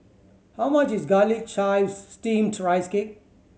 how much is Garlic Chives Steamed Rice Cake